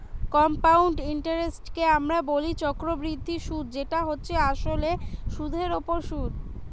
compound ইন্টারেস্টকে আমরা বলি চক্রবৃদ্ধি সুধ যেটা হচ্ছে আসলে সুধের ওপর সুধ